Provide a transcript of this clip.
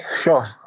Sure